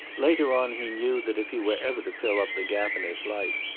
later on he knew that if he were ever to fill up the gap in his life,